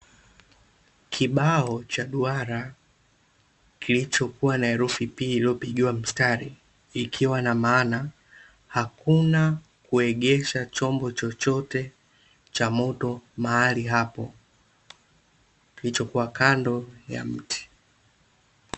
Kibao cha duara kilichokua na herufi P iliyopigiwa mstari ikiwa na maana, hakuna kuegesha chombo chochote cha moto mahali hapo kilichokua kando ya mti.